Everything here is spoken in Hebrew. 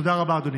תודה רבה, אדוני.